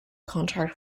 contract